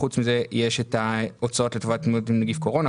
חוץ מזה יש את ההוצאות לטובת ההתמודדות עם נגיף קורונה,